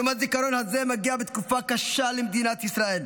יום הזיכרון הזה מגיע בתקופה קשה למדינת ישראל,